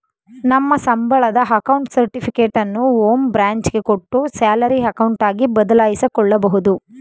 ನಮ್ಮ ಸಂಬಳದ ಅಕೌಂಟ್ ಸರ್ಟಿಫಿಕೇಟನ್ನು ಹೋಂ ಬ್ರಾಂಚ್ ಗೆ ಕೊಟ್ಟು ಸ್ಯಾಲರಿ ಅಕೌಂಟ್ ಆಗಿ ಬದಲಾಯಿಸಿಕೊಬೋದು